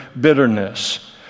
bitterness